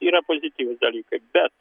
yra pozityvūs dalykai bet